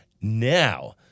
Now